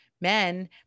men